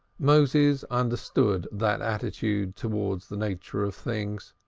moses understood that attitude towards the nature of things.